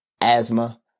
Asthma